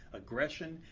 aggression,